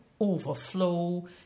overflow